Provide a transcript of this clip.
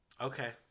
Okay